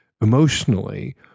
emotionally